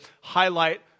highlight